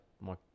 more